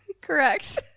Correct